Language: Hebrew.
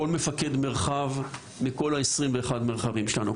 כל מפקד מרחב מכל העשרים מרחבים שלנו,